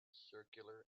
circular